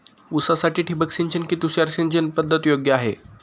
ऊसासाठी ठिबक सिंचन कि तुषार सिंचन पद्धत योग्य आहे?